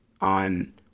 on